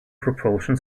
propulsion